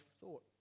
thought